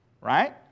right